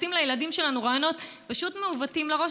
מכניסים לילדים שלנו רעיונות פשוט מעוותים לראש